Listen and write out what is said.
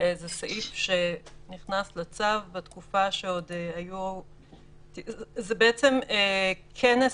זה סעיף שנכנס לצו בתקופה שעוד היו זה בעצם כנס